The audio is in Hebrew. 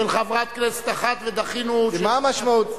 -- של חברת כנסת אחת ודחינו ------ מה המשמעות?